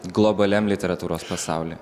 globaliam literatūros pasauly